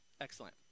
Excellent